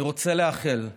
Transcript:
אני רוצה לאחל לכולנו,